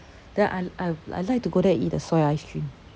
then I I I like to go there and eat the soy ice cream